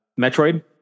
Metroid